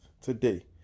today